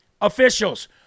officials